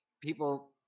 People